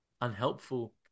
Unhelpful